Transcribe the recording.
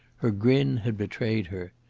her grin had betrayed her.